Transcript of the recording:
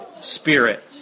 spirit